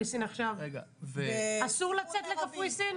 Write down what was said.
אסור לצאת לקפריסין?